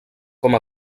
com